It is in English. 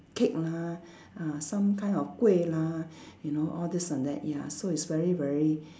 cake lah ah some kind of kueh lah you know all this and that ya so it's very very